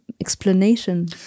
explanation